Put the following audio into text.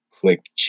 click